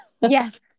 yes